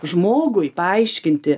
žmogui paaiškinti